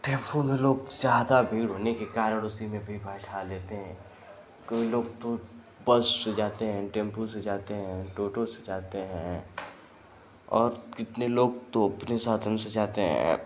tempo में लोग ज़्यादा भीड़ होने के कारण उसी में भी बैठा लेते हैं कई लोग तो बस से जाते हैं टेम्पो से जाते हैं टोटो से जाते हैं और कितने लोग तो अपने साधन से जाते हैं